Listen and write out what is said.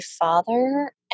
father